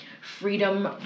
freedom